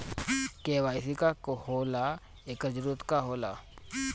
KYC का होला एकर जरूरत का होला?